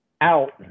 out